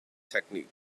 technique